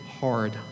hard